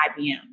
IBM